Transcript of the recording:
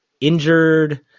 injured